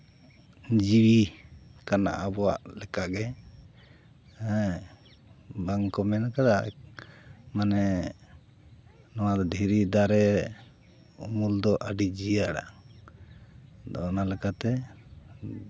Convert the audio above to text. ᱡᱤᱣᱤ ᱠᱟᱱᱟ ᱟᱵᱚᱣᱟᱜ ᱞᱮᱠᱟᱜᱮ ᱦᱮᱸ ᱵᱟᱝᱠᱚ ᱢᱮᱱ ᱠᱟᱫᱟ ᱢᱟᱱᱮ ᱱᱚᱣᱟ ᱫᱷᱤᱨᱤ ᱫᱟᱨᱮ ᱩᱢᱩᱞ ᱫᱚ ᱟᱹᱰᱤ ᱡᱤᱭᱟᱹᱲᱟ ᱟᱫᱚ ᱚᱱᱟ ᱞᱮᱠᱟᱛᱮ